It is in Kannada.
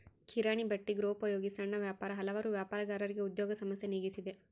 ಕಿರಾಣಿ ಬಟ್ಟೆ ಗೃಹೋಪಯೋಗಿ ಸಣ್ಣ ವ್ಯಾಪಾರ ಹಲವಾರು ವ್ಯಾಪಾರಗಾರರಿಗೆ ಉದ್ಯೋಗ ಸಮಸ್ಯೆ ನೀಗಿಸಿದೆ